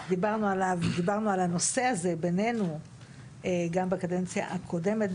דיברנו על הנושא הזה בינינו גם בקדנציה הקודמת,